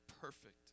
perfect